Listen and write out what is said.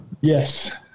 Yes